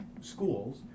schools